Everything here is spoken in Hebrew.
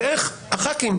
ואיך חברי הכנסת,